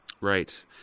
Right